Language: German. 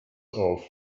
auf